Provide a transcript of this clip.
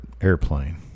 airplane